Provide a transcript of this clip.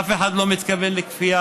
אף אחד לא מתכוון לכפייה,